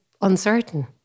uncertain